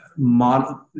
model